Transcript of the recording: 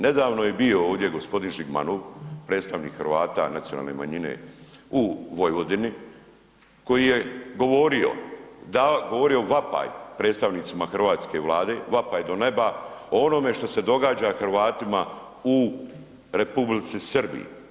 Nedavno je bio ovdje g. Žigmanov, predstavnik Hrvata, nacionalne manjine u Vojvodini, koji je govorio, govorio vapaj predstavnicima hrvatske Vlade, vapaj do neba o onome što se događa Hrvatima u Republici Srbiji.